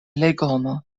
legomo